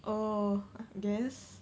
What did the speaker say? oh I guess